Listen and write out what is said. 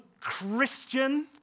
Christian